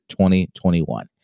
2021